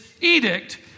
edict